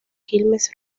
quilmes